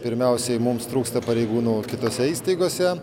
pirmiausiai mums trūksta pareigūnų kitose įstaigose